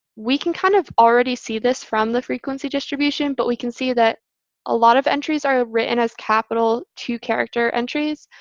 we can kind of already see this from the frequency distribution. but we can see that a lot of entries are written as capital two-character entries.